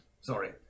Sorry